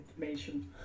information